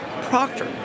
proctor